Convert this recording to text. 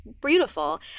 beautiful